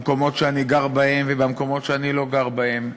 במקומות שאני גר בהם ובמקומות שאני לא גר בהם,